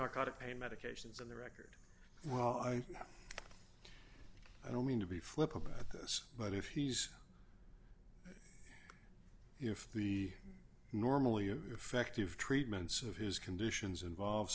narcotic pain medications in the record well i i don't mean to be flip about this but if he's if he normally an effective treatments of his conditions involve